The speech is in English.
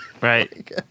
Right